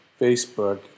Facebook